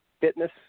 fitness